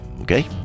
okay